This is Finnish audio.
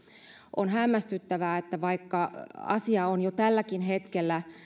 on hämmästyttävää että vaikka asia on jo tälläkin hetkellä